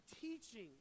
teaching